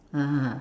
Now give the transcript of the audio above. (uh huh)